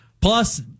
Plus